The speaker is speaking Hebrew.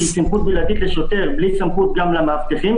אם נותנים סמכות בלעדית לשוטר בלי סמכות גם למאבטחים,